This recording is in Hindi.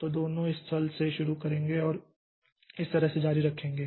तो दोनों इस स्थल से शुरू करेंगे और इस तरह से जारी रखेंगे